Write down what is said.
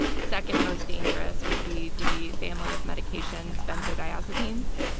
second most dangerous would be the family of medications, benzodiazepines,